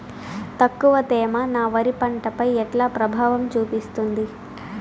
తక్కువ తేమ నా వరి పంట పై ఎట్లా ప్రభావం చూపిస్తుంది?